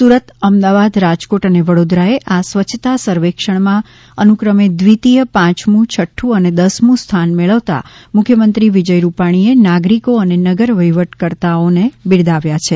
સુરત અમદાવાદ રાજકોટ અને વડોદરાએ આ સ્વચ્છતા સર્વેક્ષણમાં અનુક્રમે દ્વિતીય પાંચમું છઠ્ઠં અને દસમું સ્થાન મેળવતા મુખ્યમંત્રી વિજય રૂપાણીએ નાગરિકો અને નગર વહીવટકર્તાઓને બિરદાવ્યા છે